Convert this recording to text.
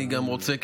אני גם רוצה,